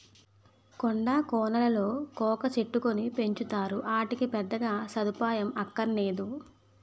కొండా కోనలలో కోకా చెట్టుకును పెంచుతారు, ఆటికి పెద్దగా సదుపాయం అక్కరనేదు